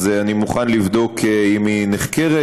אני מוכן לבדוק אם היא נחקרת.